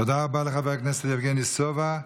תודה רבה לחבר הכנסת יבגני סובה.